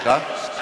סליחה?